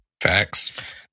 Facts